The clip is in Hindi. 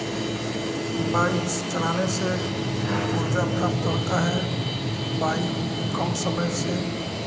बाइक्स चलाने से ऊर्जा प्राप्त होता है बाइक कम समय से